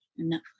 Netflix